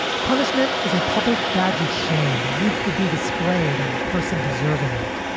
punishment is a public badge of shame that needs to be displayed on the person deserving it.